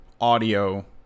audio